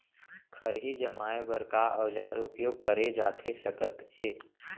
खरही जमाए बर का औजार उपयोग करे जाथे सकत हे?